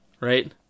right